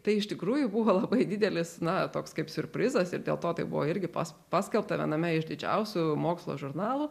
tai iš tikrųjų buvo labai didelis na toks kaip siurprizas ir dėl to tai buvo irgi pas paskelbta viename iš didžiausių mokslo žurnalų